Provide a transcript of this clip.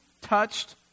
touched